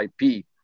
IP